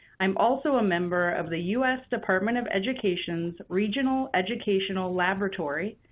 i'm also a member of the u s. department of education's regional educational laboratory,